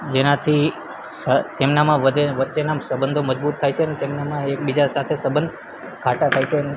જેનાથી શ તેમનામાં વધે વચ્ચેના સબંધો મજબૂત થાય છે અને તેમનામાં એકબીજા સાથે સંબંધ ઘાટા થાય છે